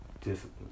discipline